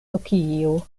tokio